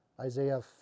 isaiah